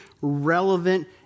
relevant